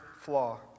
flaw